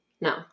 No